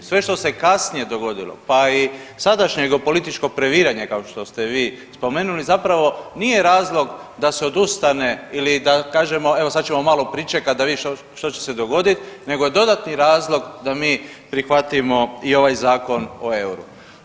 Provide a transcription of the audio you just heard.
Sve što se kasnije dogodilo, pa i sadašnje političko previranje kao što ste vi spomenuli zapravo nije razlog da se odustane ili da kažemo evo sad ćemo malo pričekati da vidimo što će se dogoditi nego dodatni razlog da mi prihvatimo i ovaj Zakon o euru.